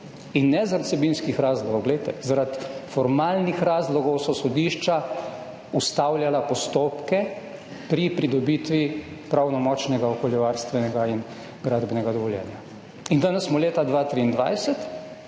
ni. Ne zaradi vsebinskih razlogov, zaradi formalnih razlogov so sodišča ustavljala postopke pri pridobitvi pravnomočnega okoljevarstvenega in gradbenega dovoljenja. Danes smo leta 2023